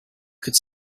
could